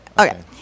Okay